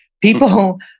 People